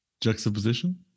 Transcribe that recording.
Juxtaposition